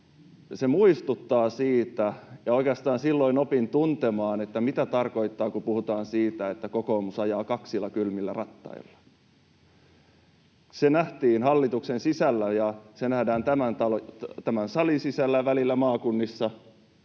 Se muistuttaa siitä, että oikeastaan silloin opin tuntemaan, mitä tarkoittaa, kun puhutaan siitä, että kokoomus ajaa kaksilla kylmillä rattailla. Se nähtiin hallituksen sisällä, ja se nähdään tämän salin sisällä ja välillä maakunnissa: